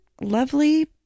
lovely